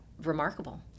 Remarkable